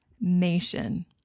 Nation